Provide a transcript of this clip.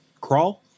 crawl